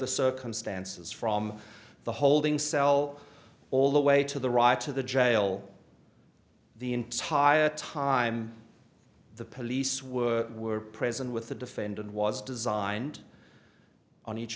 the circumstances from the holding cell all the way to the right to the jail the entire time the police were were present with the defendant was designed on each